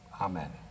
Amen